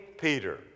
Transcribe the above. Peter